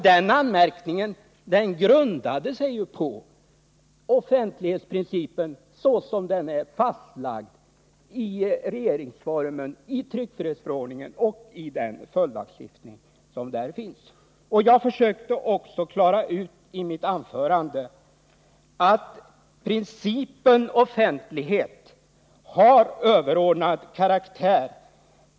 Den anmärkningen grundade sig ju på offentlighetsprincipen så som den är fastlagd i regeringsformen, i tryckfrihetsförordningen och i den följdlagstiftning som finns. Jag försökte också klara ut i mitt anförande att offentlighetsprincipen har överordnad karaktär.